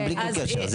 גם בלי שום קשר.